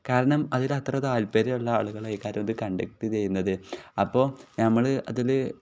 കാരണം അതിൽ അത്ര താല്പര്യമുള്ള ആളുകൾ അത് കണ്ടക്റ്റ് ചെയ്യുന്നത് അപ്പോൾ ഞങ്ങൾ അതിൽ